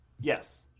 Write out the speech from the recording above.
Yes